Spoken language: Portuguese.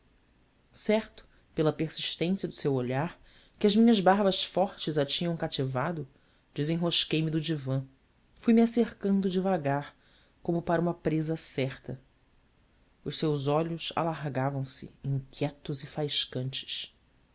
certo pela persistência do seu olhar que as minhas barbas fortes a tinham cativado desenrosquei me do divã fui-me acercando devagar como para uma presa certa os seus olhos alargavam se inquietos e